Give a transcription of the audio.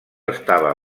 estava